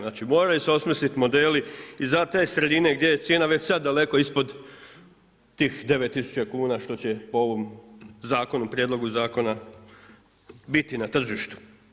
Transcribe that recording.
Znači moraju se osmisliti modeli i za te sredine gdje je cijena već sada daleko ispod tih 9.000 kuna što će po ovom prijedlogu zakona biti na tržištu.